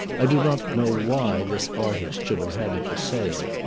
i do not know why this artist should have had it for sale,